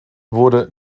wurde